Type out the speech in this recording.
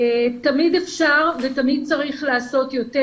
תמיד אפשר ותמיד צריך לעשות יותר.